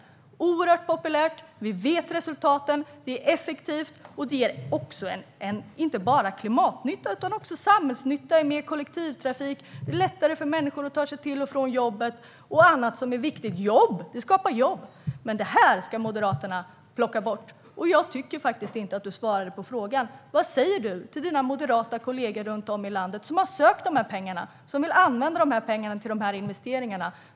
Det är oerhört populärt, vi vet resultaten, det är effektivt - och det ger inte bara klimatnytta utan också samhällsnytta i form av mer kollektivtrafik, som gör det lättare för människor att ta sig till och från jobbet, och annat som är viktigt. Och det skapar jobb. Men detta ska Moderaterna plocka bort. Jag tycker faktiskt inte att du svarade på frågan: Vad säger du till dina moderata kollegor runt om i landet som har sökt dessa pengar och vill använda dem till sådana här investeringar?